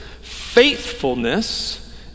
faithfulness